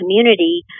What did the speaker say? community